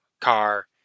car